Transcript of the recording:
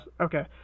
Okay